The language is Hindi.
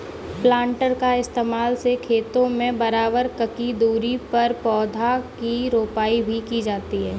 प्लान्टर का इस्तेमाल से खेतों में बराबर ककी दूरी पर पौधा की रोपाई भी की जाती है